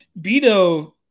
Beto